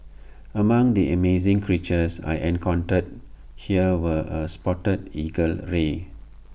among the amazing creatures I encountered here were A spotted eagle ray